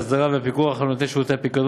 האסדרה והפיקוח על נותני שירותי פיקדון